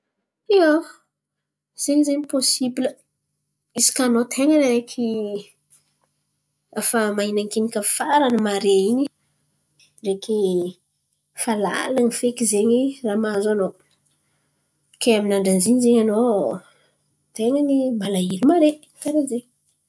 Ia, ze zen̈y pôsibla izy kà anao ten̈a ny araiky afa mahinakinakà farany mare in̈y ndreky fa lalin̈y feky zen̈y raha mahazo anao. Ke amin'ny andran'izy in̈y zen̈y anao ten̈a ny malahelo mare. Karà zen̈y.